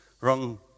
wrong